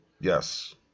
Yes